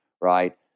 right